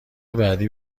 بعدی